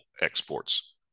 exports